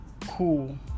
cool